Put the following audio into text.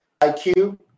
IQ